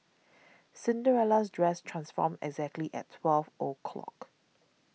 Cinderella's dress transformed exactly at twelve o'clock